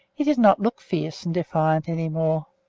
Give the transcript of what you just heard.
he did not look fierce and defiant any more.